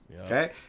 Okay